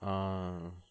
ah